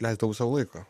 leisdavau sau laiko